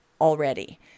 already